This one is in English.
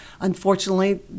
Unfortunately